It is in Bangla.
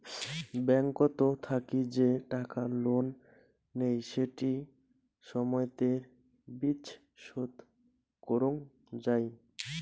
ব্যাংকত থাকি যে টাকা লোন নেই সেটি সময়তের বিচ শোধ করং যাই